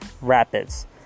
Rapids